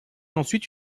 ensuite